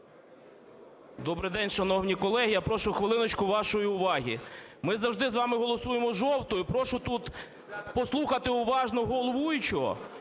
Добрий день, шановні колеги! Я прошу хвилиночку вашої уваги. Ми завжди з вами голосуємо жовтою. Прошу тут послухати уважно головуючого